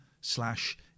slash